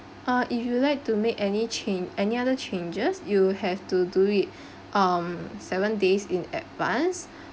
uh if you would like to make any chan~ any other changes you have to do it um seven days in advance